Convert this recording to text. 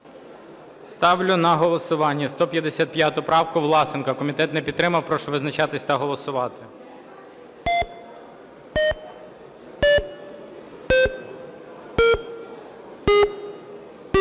Ставлю на голосування 155 правку Власенка. Комітет не підтримав. Прошу визначатись та голосувати.